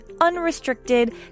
unrestricted